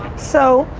so,